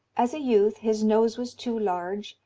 as a youth his nose was too large,